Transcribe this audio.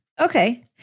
Okay